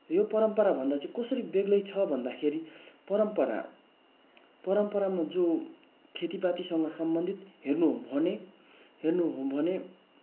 यो परम्परा भन्दा चाहिँ कसरी बेग्लै छ भन्दाखेरि परम्परा परम्परामा जो खेतीपातीसँग सम्बन्धित हेर्नु हो भने हेर्नु हो भने